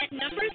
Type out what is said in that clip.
number